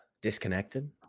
disconnected